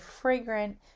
fragrant